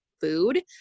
food